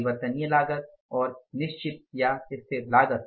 परिवर्तनीय लागत और निश्चित लागत